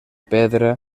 pedra